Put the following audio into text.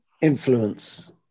influence